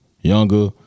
younger